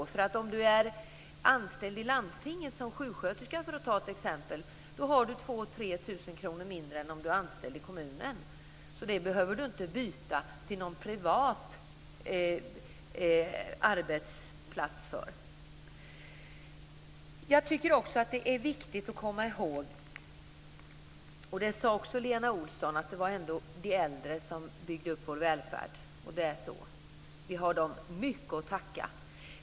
Om man t.ex. är anställd i landstinget som sjuksköterska tjänar man 2 000 3 000 kr mindre än om man är anställd i en kommun. Man behöver alltså inte byta till en privat vårdgivare för att höja sin lön. Jag tycker också att det är viktigt att komma ihåg - och det sade också Lena Olsson - att det var de äldre som byggde upp vår välfärd. Vi har dem mycket att tacka för.